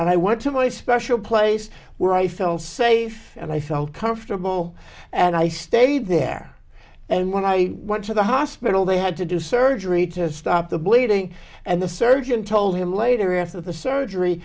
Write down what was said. and i want to play special place where i feel safe and i felt comfortable and i stayed there and when i went to the hospital they had to do surgery to stop the bleeding and the surgeon told him later after the surgery